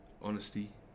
honesty